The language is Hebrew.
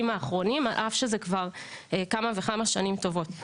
האחרונים על אף שזה כבר כמה וכמה שנים טובות.